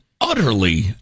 utterly